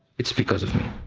it's because of me.